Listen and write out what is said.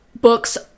books